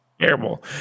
terrible